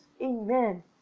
Amen